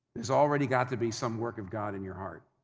there's already got to be some work of god in your heart.